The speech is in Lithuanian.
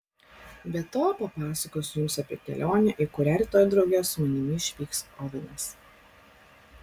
be to papasakosiu jums apie kelionę į kurią rytoj drauge su manimi išvyks ovenas